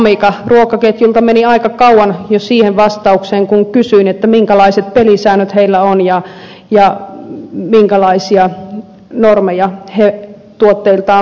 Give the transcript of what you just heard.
nimittäin amica ruokaketjulta meni aika kauan jo siihen vastaukseen kun kysyin minkälaiset pelisäännöt heillä on ja minkälaisia normeja he tuotteiltaan vaativat